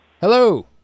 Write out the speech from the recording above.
Hello